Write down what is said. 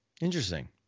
interesting